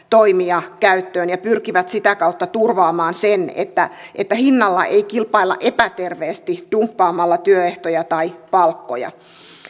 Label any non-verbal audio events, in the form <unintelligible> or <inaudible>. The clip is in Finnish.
<unintelligible> toimia käyttöön ja pyrkivät sitä kautta turvaamaan sen että että hinnalla ei kilpailla epäterveesti dumppaamalla työehtoja tai palkkoja